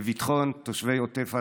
לביטחון תושבי עוטף עזה,